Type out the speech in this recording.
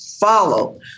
Follow